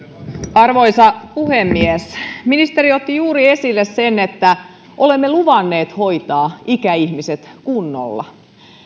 arvoisa puhemies ministeri otti juuri esille sen että olemme luvanneet hoitaa ikäihmiset kunnolla